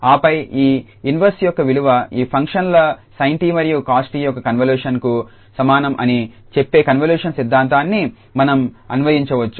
ఆపై ఈ ఇన్వర్స్ యొక్క విలువ ఈ ఫంక్షన్ల sin𝑡 మరియు cos𝑡 యొక్క కన్వల్యూషన్కు సమానం అని చెప్పే కన్వల్యూషన్ సిద్ధాంతాన్ని మనం అన్వయించవచ్చు